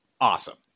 awesome